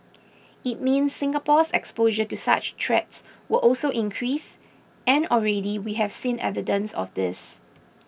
it means Singapore's exposure to such threats will also increase and already we have seen evidence of this